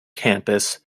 campus